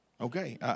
Okay